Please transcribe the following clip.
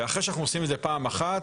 ואחרי שאנחנו עושים את זה פעם אחת,